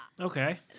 okay